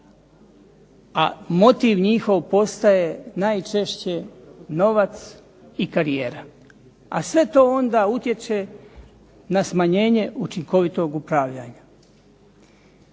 a motiv njihov postaje najčešće novac i karijera. A sve to onda utječe na smanjenje učinkovitog upravljanja.